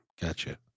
Gotcha